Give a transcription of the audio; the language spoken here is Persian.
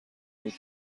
بود